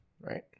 right